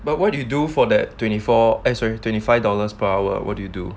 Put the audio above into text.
but what do you do for that twenty four twenty eh sorry five dollars per hour what do you do